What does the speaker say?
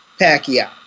Pacquiao